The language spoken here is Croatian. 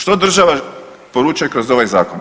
Što država poručuje kroz ovaj zakon?